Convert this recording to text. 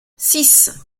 six